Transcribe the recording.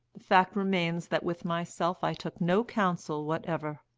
the fact remains that with myself i took no counsel whatever.